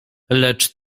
lecz